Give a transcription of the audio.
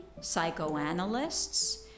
psychoanalysts